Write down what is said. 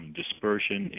dispersion